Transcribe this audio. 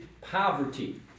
poverty